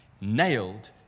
nailed